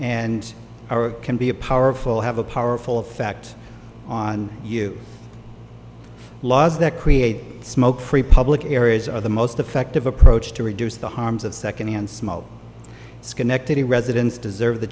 and or can be a powerful have a powerful effect on you laws that create smoke free public areas are the most effective approach to reduce the harms of secondhand smoke schenectady residents deserve